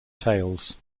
tails